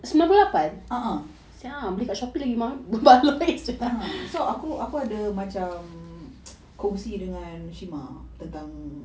a'ah so aku aku ada macam kongsi dengan shima tentang